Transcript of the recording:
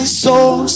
soul